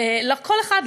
כל אחד,